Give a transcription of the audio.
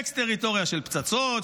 אקס-טריטוריה של פצצות,